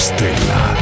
Stella